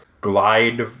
glide